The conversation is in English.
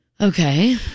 Okay